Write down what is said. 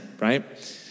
right